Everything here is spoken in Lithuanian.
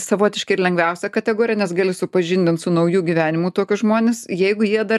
savotiškai ir lengviausia kategorija nes gali supažindint su nauju gyvenimu tokius žmuones jeigu jie dar